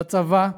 בצבא,